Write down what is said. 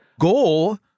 goal